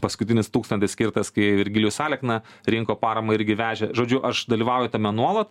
paskutinis tūkstantis skirtas kai virgilijus alekna rinko paramą irgi vežė žodžiu aš dalyvauju tame nuolat